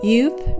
Youth